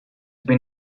been